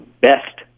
best